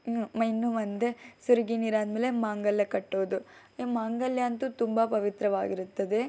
ಇನ್ನು ಇನ್ನು ಒಂದೇ ಸುರಗಿ ನೀರು ಆದಮೇಲೆ ಮಾಂಗಲ್ಯ ಕಟ್ಟೋದು ಈ ಮಾಂಗಲ್ಯ ಅಂತು ತುಂಬ ಪವಿತ್ರವಾಗಿರುತ್ತದೆ